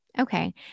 Okay